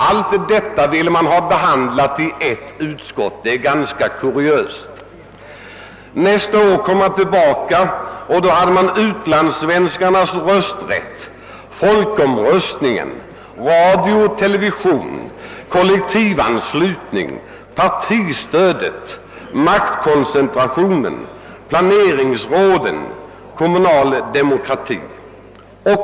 Allt detta ville man ha behandlat i ett utskott vilket är ganska kuriöst. Nästa år kom man tillbaka med »utlandssvenskarnas rösträtt; folkomröstning; radion och televisionen; kollektivanslutning; partistödet; maktkoncentrationen; planeringsråden; kommunal demokrati».